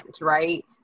right